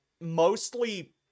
mostly